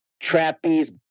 trapeze